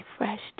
refreshed